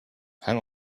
hang